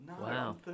Wow